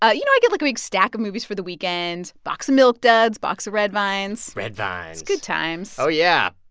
ah you know, i'd get, like, a big stack of movies for the weekend, box of milk duds, box of red vines red vines good times oh, yeah.